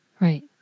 right